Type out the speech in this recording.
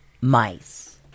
mice